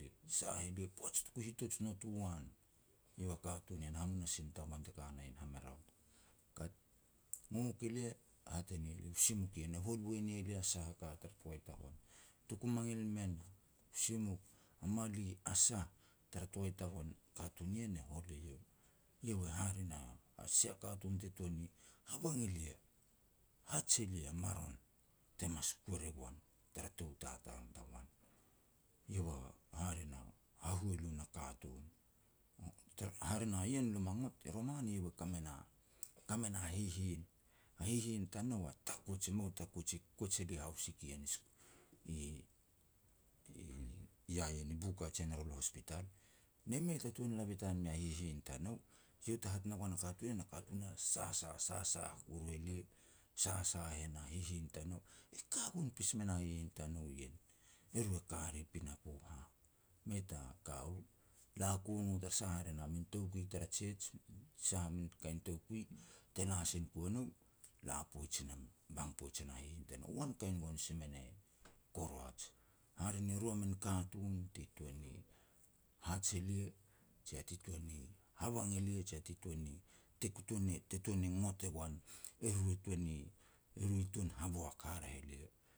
Sah elia poaj tuku hitoj not u an, iau a katun nien hamunasin tagoan te ka na ien, Hameraut. Kat, ngok elia, hat e ne elia, "U simuk ien", e hol boi e ne lia sah a ka tar toai tagoan. Tuku mangil mean u simuk, a mali, a sah tara toai tagoan, katun nien e hol eiau. Eiau e hare na sia katun te tuan ni habang elia, hat e lia maron te mas kuer e goan tara tou tatal tagoan. Iau hare na hahualu na katun. Hare na ien lo ma ngot i roman eiau e ka me na-ka me na hihin. A hihin tanou a takuij a mou takuij, i kuij e li haus sik ien i-i ya ien, i Buka General Hospital, ne mei ta tuan labitan mea hihin tanou. Eiau te hat ne goan a katun a sasah, sasah kuru elia, sasah e na hihin tanou, e ka gon pas me na hihin tanou ien. Eru e ka ri pinapo hah. Mei ta ka u la ku no tara sah, hare na min toukui tara Church, sah min kain toukui te la sin ku e nou, la poij i nam, bang poij e na hihin tanou. Wankain gon si me ne Koroats. Hare ru a min katun ti tuan ni haj elia, jia ti tuan ni habang elia, jia ti tuan ni te tuan ni ngots e goan, eru e tuan ni, eru e tuan haboak haraeh elia.